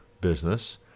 business